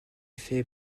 fait